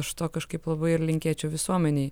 aš to kažkaip labai ir linkėčiau visuomenei